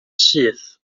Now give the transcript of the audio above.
syth